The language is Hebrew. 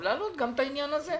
אבל להעלות גם את העניין הזה.